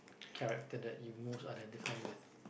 character that you most identify with